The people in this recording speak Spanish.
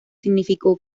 significó